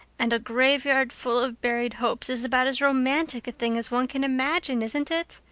and a graveyard full of buried hopes is about as romantic a thing as one can imagine isn't it?